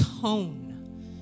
tone